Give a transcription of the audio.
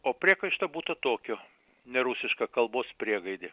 o priekaišto būta tokio nerusiška kalbos priegaidė